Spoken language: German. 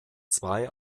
zwei